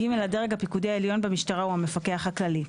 (ג) הדרג הפיקודי העליון במשטרה הוא המפקח הכללי.